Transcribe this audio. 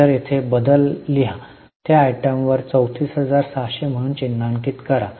तर येथे बदल लिहा आणि त्या आयटमवर 34600 म्हणून चिन्हांकित करा I